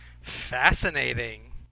Fascinating